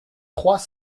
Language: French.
trois